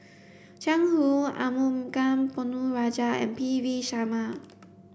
Jiang Hu Arumugam Ponnu Rajah and P V Sharma